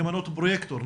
למנות פרויקטור.